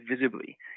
visibly